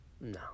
No